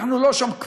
אנחנו כבר לא שם.